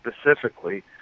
specifically